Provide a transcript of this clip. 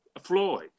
floyd